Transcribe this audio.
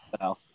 No